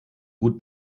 gut